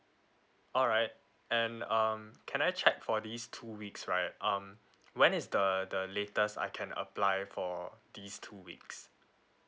alright and um can I check for these two weeks right um when is the the latest I can apply for these two weeks